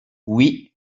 oui